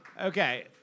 Okay